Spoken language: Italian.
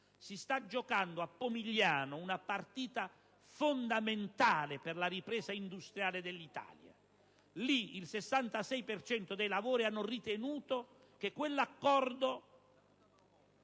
si sta giocando a Pomigliano una partita fondamentale per la ripresa industriale dell'Italia. Lì, il 66 per cento dei lavoratori ha ritenuto che quell'accordo